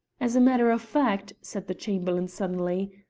as a matter of fact, said the chamberlain suddenly,